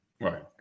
right